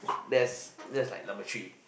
there's there's like number three